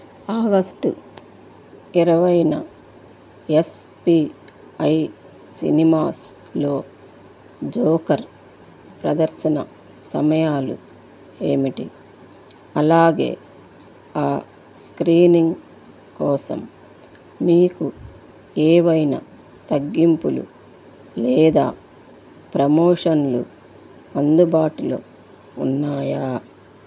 August ఇరవైన S P I సినిమాస్లో Joker ప్రదర్శన సమయాలు ఏమిటి అలాగే ఆ స్క్రీనింగ్ కోసం మీకు ఏవైనా తగ్గింపులు లేదా ప్రమోషన్లు అందుబాటులో ఉన్నాయా